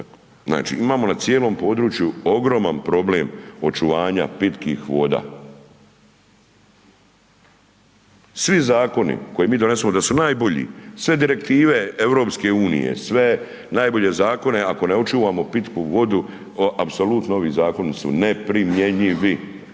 Znači, imamo na cijelom području ogroman problem očuvanja pitkih voda. Svi zakoni koje mi donesemo da su najbolji, sve direktive EU, sve najbolje zakone, ako ne očuvamo pitku vodu, apsolutno ovi zakoni su ne-pri-mje-nji-vi, oni